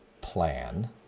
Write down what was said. plan